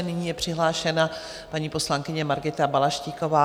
Nyní je přihlášena paní poslankyně Margita Balaštíková.